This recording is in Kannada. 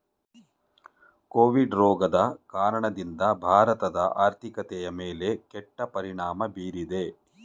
ಕೋವಿಡ್ ರೋಗದ ಕಾರಣದಿಂದ ಭಾರತದ ಆರ್ಥಿಕತೆಯ ಮೇಲೆ ಕೆಟ್ಟ ಪರಿಣಾಮ ಬೀರಿದೆ